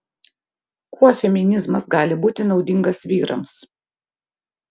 kuo feminizmas gali būti naudingas vyrams